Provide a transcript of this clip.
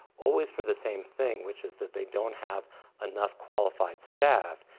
always for the same thing, which is that they don't have enough qualified staff,